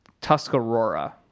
Tuscarora